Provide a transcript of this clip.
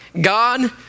God